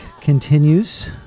continues